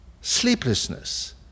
sleeplessness